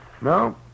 No